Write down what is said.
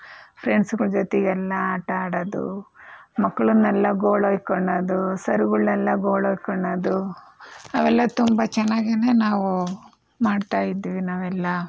ಫ್ರೆಂಡ್ಸ್ಗಳ ಜೊತೆಗೆಲ್ಲ ಆಟ ಆಡೋದು ಮಕ್ಕಳನ್ನೆಲ್ಲ ಗೋಳುಯ್ಕೊಳ್ಳೋದು ಸರ್ಗಳನ್ನೆಲ್ಲ ಗೋಳುಯ್ಕೊಳ್ಳೋದು ಅವೆಲ್ಲ ತುಂಬ ಚೆನ್ನಾಗಿನೇ ನಾವು ಮಾಡ್ತಾಯಿದ್ವಿ ನಾವೆಲ್ಲ